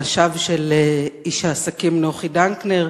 אנשיו של איש העסקים נוחי דנקנר,